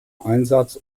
einsatz